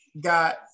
got